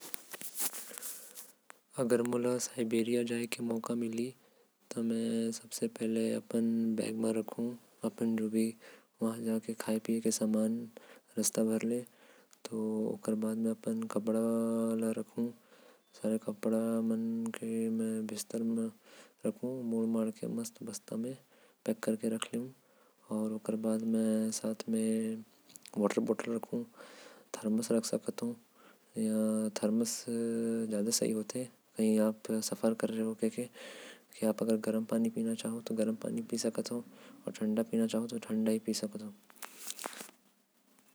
अगर मैं साइबेरिया जाहूं। तो मैं अपन साथ खाये पिये के समान। मोर कपड़ा मोर जरूरी दस्तावेज जरूर रखू। एक थरमस भी अपन साथ रखु। जो मोके गरम पानी देहि जेके। मैं अपन सफर म पी सकत हू।